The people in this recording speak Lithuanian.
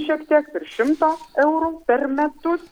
šiek tiek virš šimto eurų per metus